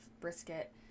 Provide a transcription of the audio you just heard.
brisket